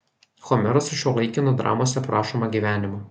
homeras sušiuolaikino dramose aprašomą gyvenimą